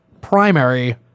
primary